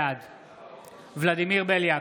בעד ולדימיר בליאק,